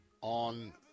on